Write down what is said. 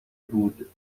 بود